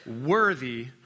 worthy